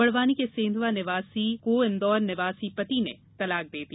बड़वानी के सेंधवा निवासी को इंदौर निवासी पति ने तीन तलाक दे दिया